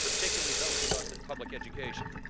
particularly those of us in public education.